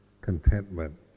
Contentment